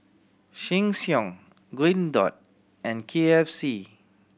Sheng Siong Green Dot and K F C